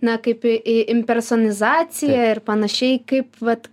na kaip į impersonalizacija ir panašiai kaip vat